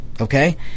Okay